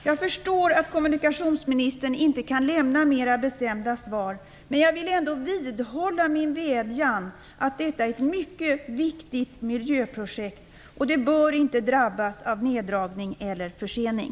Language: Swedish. Jag förstår att kommunikationsministern inte kan lämna mera bestämda svar, men jag vidhåller ändå min vädjan: Detta är ett mycket viktigt miljöprojekt och bör inte drabbas av neddragning eller försening.